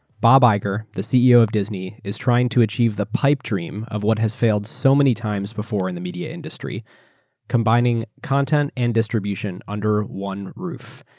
bob iger, the ceo of disney is trying to achieve the pipe dream of what has failed so many times before in the media industryeur combining content and distribution under one roof.